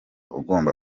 ugomba